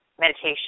meditation